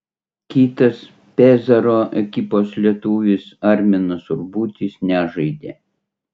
kitas pezaro ekipos lietuvis arminas urbutis nežaidė